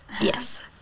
Yes